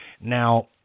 Now